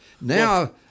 Now